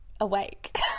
awake